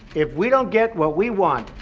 if we don't get what we want,